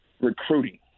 recruiting